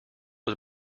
was